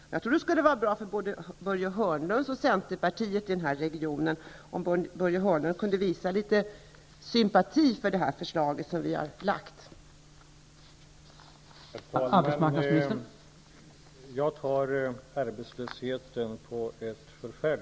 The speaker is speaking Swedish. Jag tror att det skulle vara bra för både Börje Hörnlund och Centerpartiet i denna region, om Börje Hörnlund kunde visa litet sympati för det förslag vi har lagt fram.